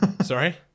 sorry